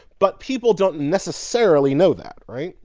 but people don't necessarily know that, right?